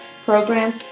programs